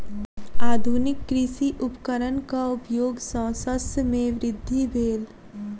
आधुनिक कृषि उपकरणक उपयोग सॅ शस्य मे वृद्धि भेल